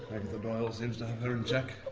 agatha doyle seems to have her in check.